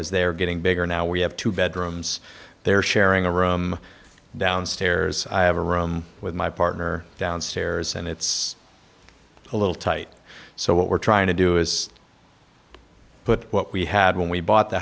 as they're getting bigger now we have two bedrooms they're sharing a room downstairs i have a room with my partner downstairs and it's a little tight so what we're trying to do is put what we had when we bought the